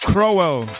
Crowell